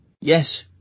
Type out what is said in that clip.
yes